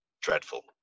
dreadful